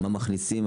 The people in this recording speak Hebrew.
מה מכניסים,